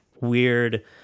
weird